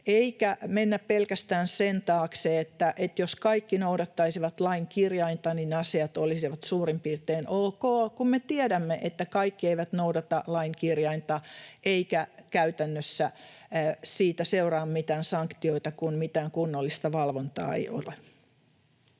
eikä mennä pelkästään sen taakse, että jos kaikki noudattaisivat lain kirjainta, niin asiat olisivat suurin piirtein ok, kun me tiedämme, että kaikki eivät noudata lain kirjainta eikä käytännössä siitä seuraa mitään sanktioita, kun mitään kunnollista valvontaa ei ole.